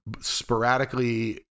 sporadically